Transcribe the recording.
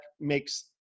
makes